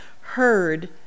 heard